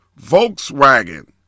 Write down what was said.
Volkswagen